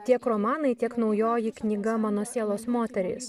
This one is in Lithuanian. tiek romanai tiek naujoji knyga mano sielos moterys